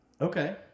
Okay